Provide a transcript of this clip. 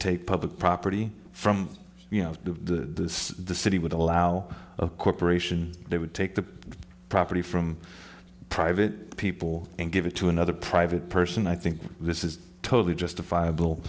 take public property from you know the the city would allow a corporation they would take the property from private people and give it to another private person i think this is totally justifiable